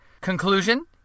Conclusion